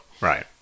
right